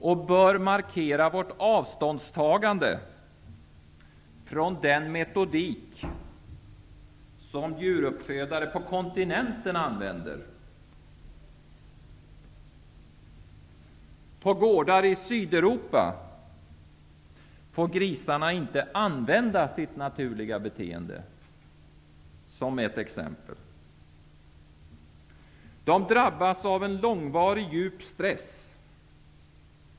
Då bör vi markera vårt avståndstagande från den metodik som djuruppfödare på kontinenten använder. På gårdar i Sydeuropa får grisarna inte använda sitt naturliga beteende. De drabbas av en långvarig djup stress.